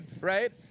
right